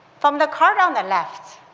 from the cart on the left,